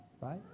right